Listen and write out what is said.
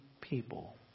people